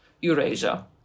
Eurasia